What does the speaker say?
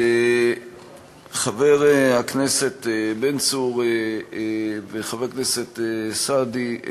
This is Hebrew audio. חבר הכנסת בן צור וחבר הכנסת סעדי,